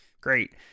Great